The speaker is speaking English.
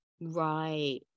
Right